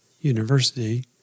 University